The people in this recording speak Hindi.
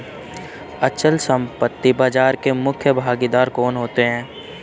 अचल संपत्ति बाजार के मुख्य भागीदार कौन होते हैं?